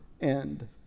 end